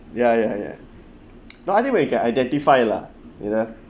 ya ya ya no I think we can identify lah you know